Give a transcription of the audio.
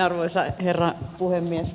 arvoisa herra puhemies